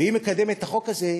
והיא מקדמת את החוק הזה,